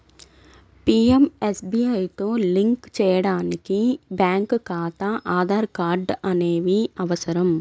పీయంఎస్బీఐతో లింక్ చేయడానికి బ్యేంకు ఖాతా, ఆధార్ కార్డ్ అనేవి అవసరం